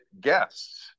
guests